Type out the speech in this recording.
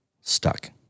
stuck